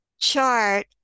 chart